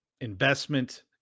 investment